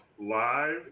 live